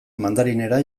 mandarinera